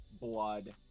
blood